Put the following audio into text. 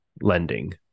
lending